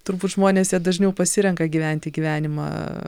turbūt žmonės jie dažniau pasirenka gyventi gyvenimą